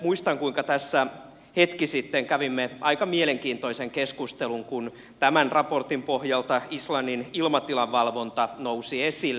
muistan kuinka tässä hetki sitten kävimme aika mielenkiintoisen keskustelun kun tämän raportin pohjalta islannin ilmatilan valvonta nousi esille